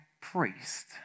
priest